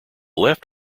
left